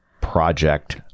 project